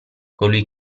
colui